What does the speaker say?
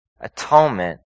atonement